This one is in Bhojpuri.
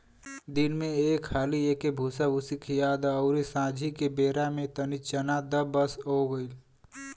दिन में एक हाली एके भूसाभूसी खिया द अउरी सांझी के बेरा में तनी चरा द बस हो गईल